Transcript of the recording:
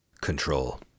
Control